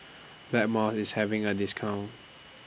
Blackmores IS having A discount